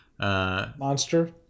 monster